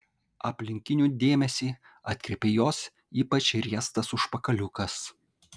aplinkinių dėmesį atkreipė jos ypač riestas užpakaliukas